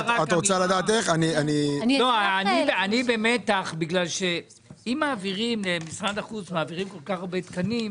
אני במתח כי אם מעבירים למשרד החוץ כל כך הרבה תקנים,